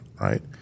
right